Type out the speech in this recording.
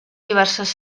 diverses